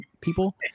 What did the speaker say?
people